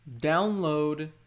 Download